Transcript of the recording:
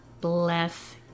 bless